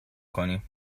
کنیم